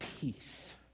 peace